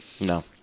no